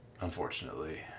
unfortunately